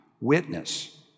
witness